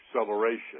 acceleration